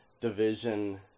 division